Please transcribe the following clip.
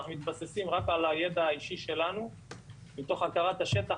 אנחנו מתבססים רק על הידע שלנו מתוך הכרת השטח,